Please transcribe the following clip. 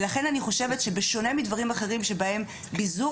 ולכן אני חושבת שבשונה מדברים אחרים שבהם ביזור